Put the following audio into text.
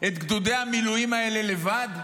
את גדודי המילואים האלה לבד?